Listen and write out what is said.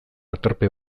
aterpe